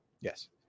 Yes